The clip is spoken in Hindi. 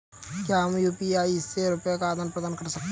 क्या हम यू.पी.आई से रुपये का आदान प्रदान कर सकते हैं?